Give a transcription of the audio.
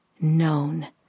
known